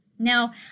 Now